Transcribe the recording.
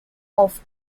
off